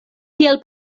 tiel